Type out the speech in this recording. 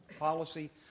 policy